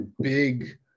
big